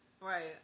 right